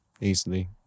easily